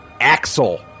Axel